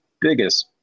biggest